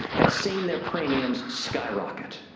have seen their premiums skyrocket.